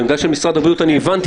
את העמדה של משרד הבריאות הבנתי.